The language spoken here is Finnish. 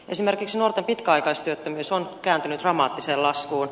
esimerkiksi nuorten pitkäaikaistyöttömyys on kääntynyt dramaattiseen laskuun